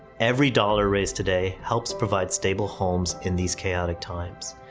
every dollar raised today helps provide stable homes in these chaotic times.